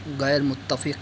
غیرمتفق